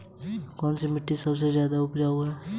बैंकों की स्थापना कब हुई?